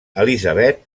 elizabeth